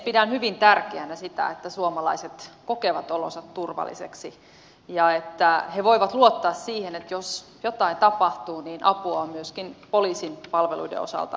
pidän hyvin tärkeänä sitä että suomalaiset kokevat olonsa turvalliseksi ja että he voivat luottaa siihen että jos jotain tapahtuu niin apua on myöskin poliisin palveluiden osalta saatavilla